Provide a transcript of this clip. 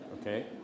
Okay